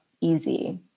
easy